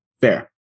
Fair